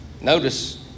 Notice